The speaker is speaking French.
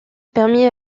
permit